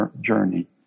journey